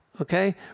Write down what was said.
okay